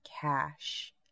cash